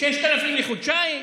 6,000 לחודשיים.